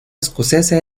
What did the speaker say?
escocesa